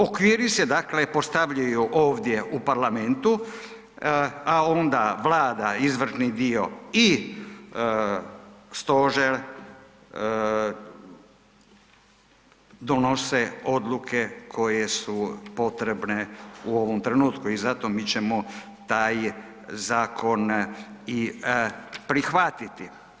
Okviri se, dakle postavljaju ovdje u parlamentu, a onda Vlada izvršni dio i stožer donose odluke koje su potrebne u ovom trenutku i zato mi ćemo taj zakon i prihvatiti.